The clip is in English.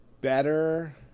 better